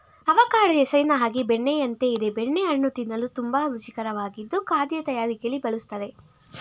avocado ಹೆಸರಿನ ಹಾಗೆ ಬೆಣ್ಣೆಯಂತೆ ಇದೆ ಬೆಣ್ಣೆ ಹಣ್ಣು ತಿನ್ನಲು ತುಂಬಾ ರುಚಿಕರವಾಗಿದ್ದು ಖಾದ್ಯ ತಯಾರಿಕೆಲಿ ಬಳುಸ್ತರೆ